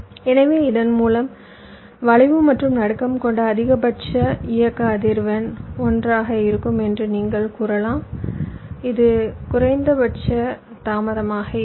எனவே இதன் மூலம் வளைவு மற்றும் நடுக்கம் கொண்ட அதிகபட்ச இயக்க அதிர்வெண் 1 ஆக இருக்கும் என்று நீங்கள் கூறலாம் இது குறைந்தபட்ச தாமதமாக இருக்கும்